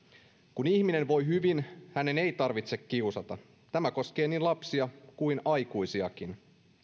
kun ihminen voi hyvin hänen ei tarvitse kiusata tämä koskee niin lapsia kuin aikuisiakin